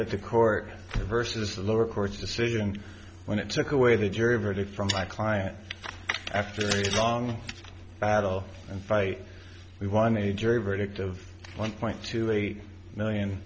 that the court versus the lower court's decision when it took away the jury verdict from my client after a long battle and fight we won a jury verdict of one point two eight million